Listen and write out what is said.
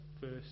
first